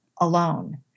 alone